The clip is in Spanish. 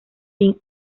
sin